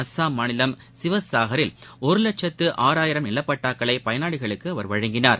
அஸ்ஸாம் மாநிலம் சிவசாஹரில் ஒரு லட்சத்து ஆறாயிரம் நிலப்பட்டாக்களை பயனாளிகளுக்கு அவர் வழங்கினார்